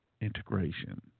Integration